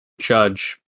judge